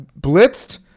blitzed